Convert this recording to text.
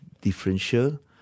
differential